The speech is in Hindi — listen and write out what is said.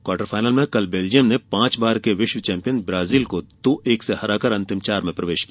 क्वार्टर फाइनल में कल बेल्जियम ने पांच बार के विश्व चैंपियन ब्राजील को दो एक से हराकर अंतिम चार में प्रवेश किया